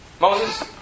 Moses